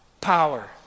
power